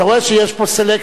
אתה רואה שיש פה סלקציה.